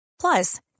Plus